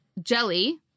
Jelly